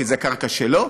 כי זו קרקע שלו,